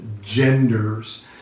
genders